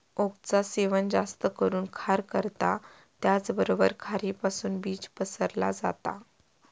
ओकचा सेवन जास्त करून खार करता त्याचबरोबर खारीपासुन बीज पसरला जाता